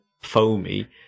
Foamy